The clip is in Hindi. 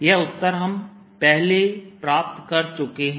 यह उत्तर हम पहले प्राप्त कर चुके हैं